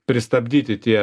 pristabdyti tie